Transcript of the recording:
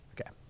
Okay